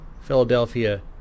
Philadelphia